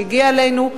שהגיעה אלינו,